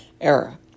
era